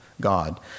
God